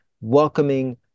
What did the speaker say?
welcoming